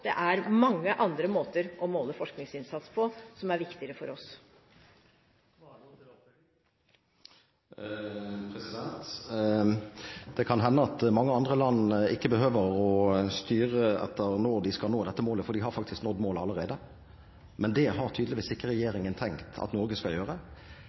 som er viktigere for oss. Det kan hende at mange andre land ikke behøver å styre etter når de skal nå dette målet, for de har faktisk nådd målet allerede. Men det har tydeligvis ikke regjeringen tenkt at Norge skal gjøre.